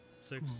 six